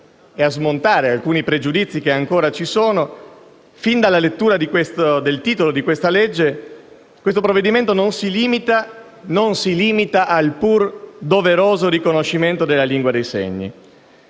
e a smontare alcuni pregiudizi che ancora ci sono - fin dalla lettura del titolo appare chiaro che questo provvedimento non si limita al pur doveroso riconoscimento della lingua dei segni.